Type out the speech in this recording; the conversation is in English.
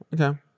Okay